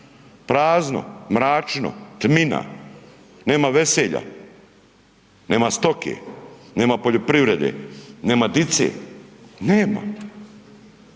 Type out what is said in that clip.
prazno, mračno, tmina, nema veselja, nema stoke, nema poljoprivrede, nema dice, nema,